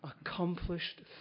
accomplished